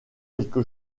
quelque